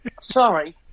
Sorry